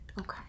Okay